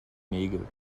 nägel